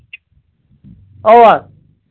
اَوا